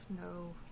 no